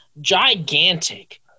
gigantic